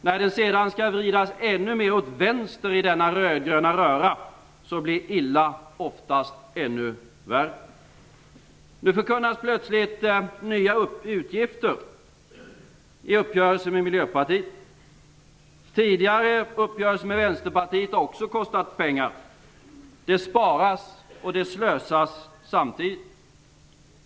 När den sedan skall vridas ännu mer åt vänster i denna rödgröna röra blir illa oftast ännu värre. Nu förkunnas plötsligt nya utgifter i uppgörelsen med Miljöpartiet. Tidigare uppgörelser med Vänsterpartiet har också kostat pengar. Det sparas och det slösas samtidigt.